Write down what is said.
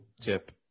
tip